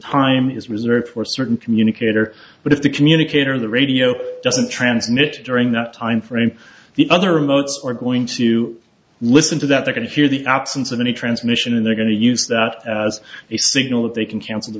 time is reserved for certain communicator but if the communicator the radio doesn't transmit during that time frame the other remotes are going to listen to that they can hear the absence of any transmission and they're going to use that as a signal that they can cancel the